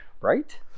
Right